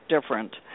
different